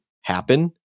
happen